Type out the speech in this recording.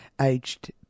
aged